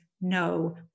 No